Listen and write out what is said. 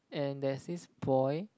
and there's this boy